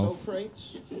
Socrates